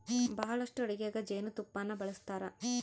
ಬಹಳಷ್ಟು ಅಡಿಗೆಗ ಜೇನುತುಪ್ಪನ್ನ ಬಳಸ್ತಾರ